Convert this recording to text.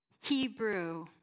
Hebrew